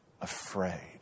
afraid